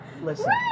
listen